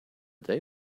they